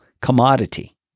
commodity